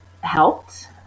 helped